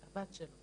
אני הבת שלו.